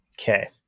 Okay